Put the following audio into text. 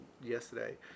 yesterday